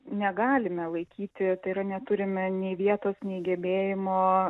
negalime laikyti tai yra neturime nei vietos nei gebėjimo